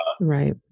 Right